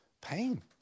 pain